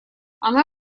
она